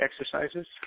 exercises